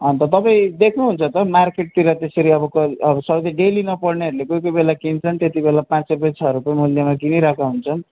अन्त तपाईँ देख्नु हुन्छ त मार्केटतिर त्यसरी अब डेली नपढ्नेहरूले कोही कोही बेला किन्छन् त्यति बेला पाँच रुप्पे छ रुप्पे मूल्यमा किनिरहेका हुन्छन्